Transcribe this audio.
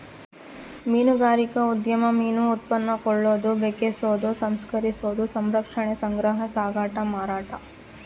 ಮೀನುಗಾರಿಕಾ ಉದ್ಯಮ ಮೀನು ಉತ್ಪನ್ನ ಕೊಳ್ಳೋದು ಬೆಕೆಸೋದು ಸಂಸ್ಕರಿಸೋದು ಸಂರಕ್ಷಣೆ ಸಂಗ್ರಹ ಸಾಗಾಟ ಮಾರಾಟ